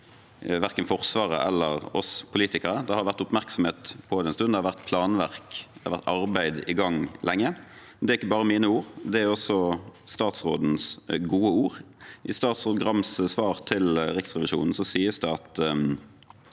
verken Forsvaret eller oss politikere. Det har vært oppmerksomhet rundt det en stund. Det har vært planverk og arbeid i gang lenge. Det er ikke bare mine ord, det er også statsrådens gode ord. I statsråd Grams svar til Riksrevisjonen sies det at